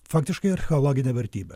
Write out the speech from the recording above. faktiškai archeologinė vertybė